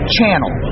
Channel